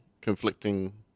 conflicting